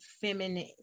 feminine